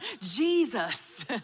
Jesus